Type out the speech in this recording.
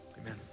amen